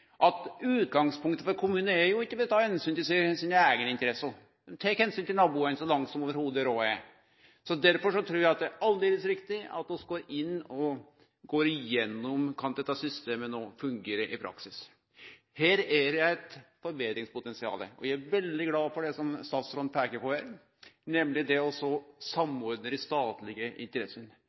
at utgangspunktet for kommunane er ikkje berre å ta omsyn til sine eigne interesser, dei tek omsyn til naboane så langt som råd er. Derfor trur eg at det er aldeles riktig at vi går igjennom om dette systemet kan fungere i praksis. Her er det eit forbetringspotensial. Eg er veldig glad for det som statsråden peiker på her, nemleg det å samordne dei statlege